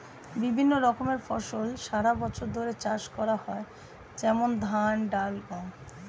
বিভিন্ন রকমের ফসল সারা বছর ধরে চাষ করা হয়, যেমন ধান, ডাল, গম